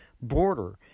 border